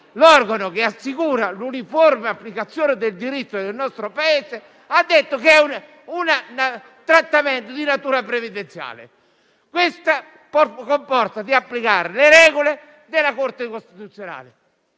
l'organo che assicura l'uniforme applicazione del diritto del nostro Paese ha affermato che è un trattamento di natura previdenziale. Questo comporta l'applicazione delle regole della Corte costituzionale.